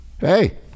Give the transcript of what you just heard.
Hey